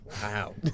Wow